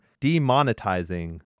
demonetizing